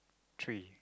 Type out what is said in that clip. tree